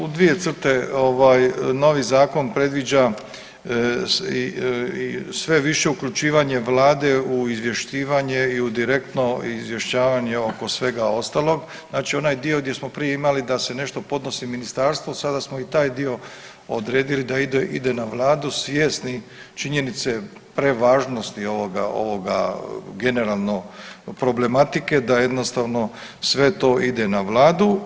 Pa u dvije crte, novi zakon predviđa sve više uključivanje vlade u izvješćivanje i u direktno izvještavanje oko svega ostalog, znači onaj dio gdje smo prije imali da se nešto podnosi ministarstvu sada smo i taj dio odredili da ide na vladu, svjesni činjenice prevažnosti ovoga generalno problematike da jednostavno sve to ide na vladu.